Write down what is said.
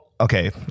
okay